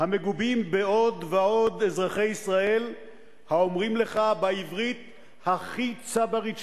המגובים בעוד ועוד אזרחי ישראל האומרים לך בעברית הכי צברית שיש: